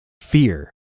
fear